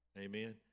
Amen